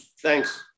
thanks